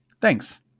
Thanks